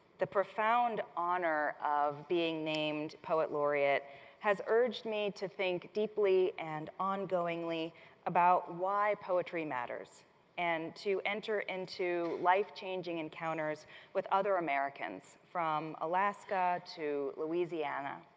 the profound honor of being named poet laureate has urged me to think deeply and ongoingly about why poetry matters and to enter into life-changing encounters with other americans from alaska to louisiana.